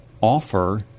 offer